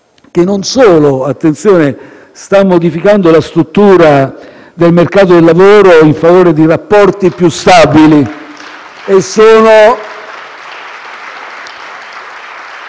che, attenzione, non sta solo modificando la struttura del mercato del lavoro in favore di rapporti più stabili